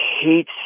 hate